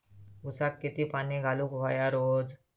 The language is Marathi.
ऊसाक किती पाणी घालूक व्हया रोज?